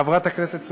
חברת הכנסת סלימאן?